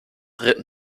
ritten